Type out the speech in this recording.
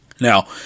Now